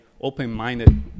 open-minded